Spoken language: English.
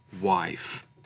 wife